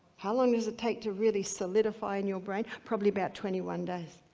how long does it take to really solidify in your brain? probably about twenty one days.